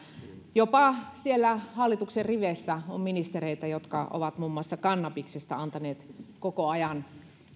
jopa siellä hallituksen riveissä on ministereitä jotka ovat muun muassa kannabiksesta antaneet koko ajan